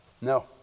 No